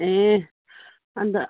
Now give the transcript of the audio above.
ए अन्त